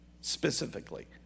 specifically